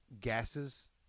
gases